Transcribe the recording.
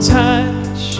touch